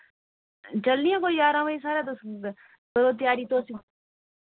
चलनी आं कोई जारां बजे करो तयारी तुस